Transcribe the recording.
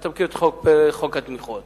אתה מכיר את חוק התמיכות.